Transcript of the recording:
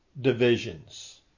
divisions